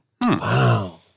Wow